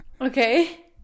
okay